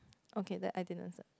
okay that I didn't